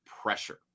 pressure